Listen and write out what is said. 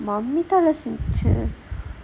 mummy எல்லாம் சமைச்சு:ellaam samaichu